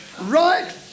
right